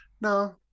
no